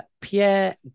Pierre